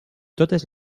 totes